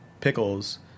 pickles